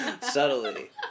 Subtly